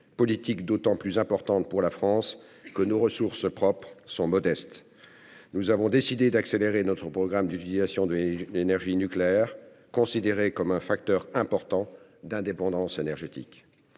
politique d'autant plus importante pour la France que nos ressources propres sont modestes. [...] Nous avons décidé d'accélérer notre programme d'utilisation de l'énergie nucléaire, considéré comme un facteur important d'indépendance énergétique.